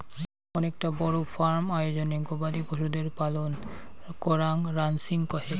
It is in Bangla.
আকটা বড় ফার্ম আয়োজনে গবাদি পশুদের পালন করাঙ রানচিং কহে